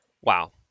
Wow